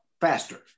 faster